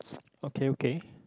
okay okay